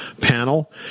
panel